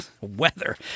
weather